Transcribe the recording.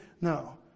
no